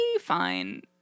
fine